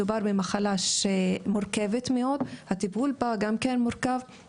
מדובר במחלה מורכבת מאוד, הטיפול בה גם כן מורכב.